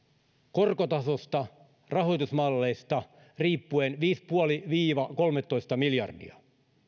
korkotasosta ja rahoitusmalleista riippuen viisi pilkku viisi viiva kolmetoista miljardia